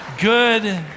Good